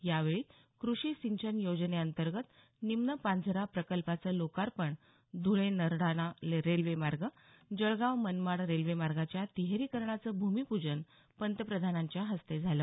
यावेळी कृषी सिंचन योजनेंतर्गत निम्न पांझरा प्रकल्पाचं लोकार्पण धुळे नरडाणा रेल्वेमार्ग जळगाव मनमाड रेल्वेमार्गाच्या तिहेरीकरणाचं भूमिपूजन पंतप्रधानांच्या हस्ते झालं